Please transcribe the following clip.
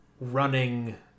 running